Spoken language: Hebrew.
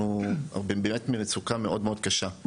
אנחנו באמת במצוקה מאוד קשה.